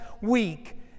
week